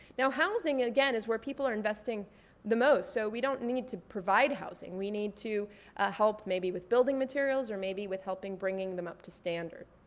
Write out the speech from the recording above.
housing again is where people are investing the most. so we don't need to provide housing, we need to help maybe with building materials or maybe with helping bringing them up to standard.